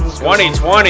2020